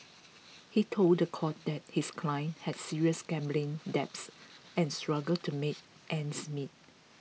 he told the court that his client had serious gambling debts and struggled to make ends meet